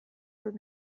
dut